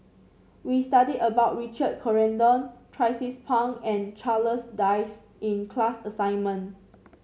we studied about Richard Corridon Tracie's Pang and Charles Dyce in the class assignment